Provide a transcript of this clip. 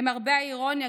למרבה האירוניה,